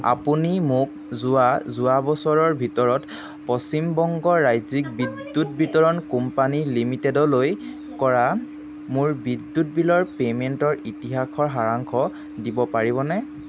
আপুনি মোক যোৱা বছৰৰ ভিতৰত পশ্চিম বংগ ৰাজ্যিক বিদ্যুৎ বিতৰণ কোম্পানী লিমিটেডলৈ কৰা মোৰ বিদ্যুৎ বিলৰ পে'মেণ্টৰ ইতিহাসৰ সাৰাংশ দিব পাৰিবনে